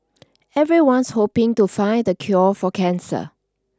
everyone's hoping to find the cure for cancer